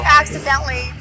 Accidentally